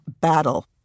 battle